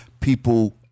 people